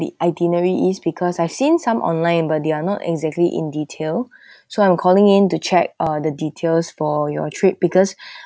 itinerary ease because I've seen some online but they are not exactly in detail so I'm calling in to check uh the details for your trip because